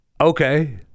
okay